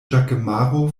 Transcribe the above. ĵakemaro